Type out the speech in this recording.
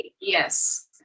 yes